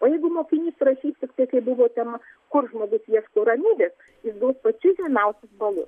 o jeigu mokinys rašystiktai kaip buvo tema kur žmogus ieško ramybės jis gaus pačius žemiausius balus